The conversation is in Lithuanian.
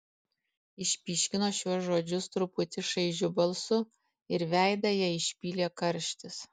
išpyškino šiuos žodžius truputį šaižiu balsu ir veidą jai išpylė karštis